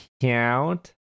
count